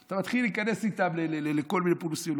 אתה מתחיל להיכנס איתם לכל מיני פולמוסים,